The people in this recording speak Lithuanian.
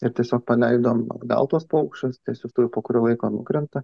ir tiesiog paleidom atgal tuos paukščius tie siųstuvai po kurio laiko nukrenta